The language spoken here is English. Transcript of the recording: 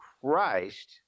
Christ